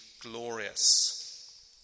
glorious